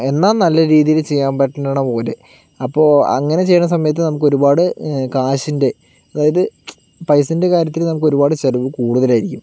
എന്നാൽ നല്ല രീതിയിൽ ചെയ്യാന് പറ്റുന്ന പോലെ അപ്പോൾ അങ്ങനെ ചെയ്യുന്ന സമയത്ത് നമുക്ക് ഒരുപാട് കാശിന്റെ അതായത് പൈസയുടെ കാര്യത്തിൽ നമുക്ക് ഒരുപാടു ചിലവു കൂടുതലായിരിക്കും